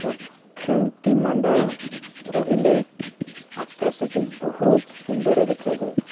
ଅକ୍ଷନ୍ତିମଣ୍ଡଳ ରହିଲେ ଆକାଶଟି ବହୁତ ସୁନ୍ଦର ଦେଖାଯାଏ